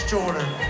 Jordan